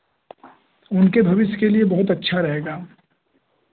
उनके भविष्य के लिए बहुत अच्छा रहेगा